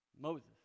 Moses